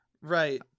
Right